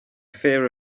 fear